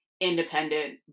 independent